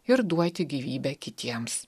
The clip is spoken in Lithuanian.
ir duoti gyvybę kitiems